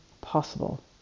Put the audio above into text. possible